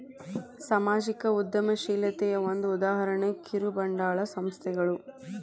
ಸಾಮಾಜಿಕ ಉದ್ಯಮಶೇಲತೆಯ ಒಂದ ಉದಾಹರಣೆ ಕಿರುಬಂಡವಾಳ ಸಂಸ್ಥೆಗಳು